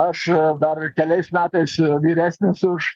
aš dar keliais metais vyresnis už